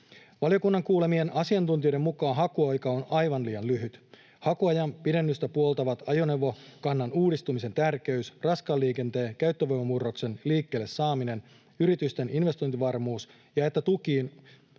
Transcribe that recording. Valiokunnan kuulemien asiantuntijoiden mukaan hakuaika on aivan liian lyhyt. Hakuajan pidennystä puoltavat ajoneuvokannan uudistumisen tärkeys, raskaan liikenteen käyttövoimamurroksen liikkeelle saaminen, yritysten investointivarmuus ja se, että tukiin